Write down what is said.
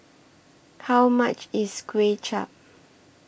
How much IS Kway Chap